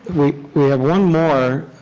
we have one more